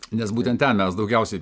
nes būtent ten mes daugiausiai